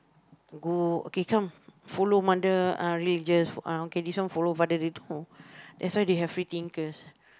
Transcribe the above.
to go okay come follow mother uh religious uh okay this one follow father no that's why they have free thinkers